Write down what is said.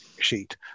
sheet